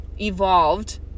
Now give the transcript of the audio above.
evolved